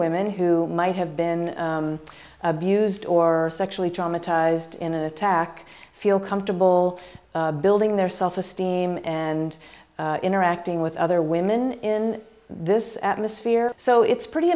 women who might have been abused or sexually traumatized in attack feel comfortable building their self esteem and interacting with other women in this atmosphere so it's pretty